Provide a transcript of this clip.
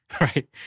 right